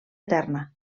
eterna